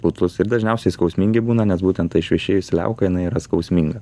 putlūs ir dažniausiai skausmingi būna nes būtent ta išvešėjusi liauka jinai yra skausminga